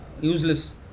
useless